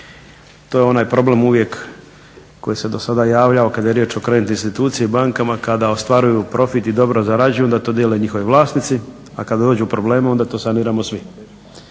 To je onaj problem koji se uvijek do sada javljao kada je riječ o kreditnim institucijama i bankama kada ostvaruju profit i dobro zarađuju onda to dijele njihovi vlasnici, a kada dođu problemi onda to saniramo svi